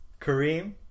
Kareem